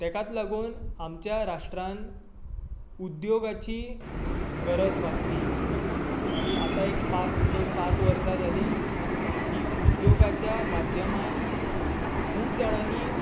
तेकाच लागून आमच्या राष्ट्रांत उद्योगाची गरज भासली आनी आतां एक पांच स सात वर्सां जालीं की उद्योगाच्या माध्यमांत खूब जाणांनी